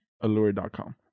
Allure.com